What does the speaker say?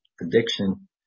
addiction